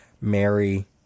Mary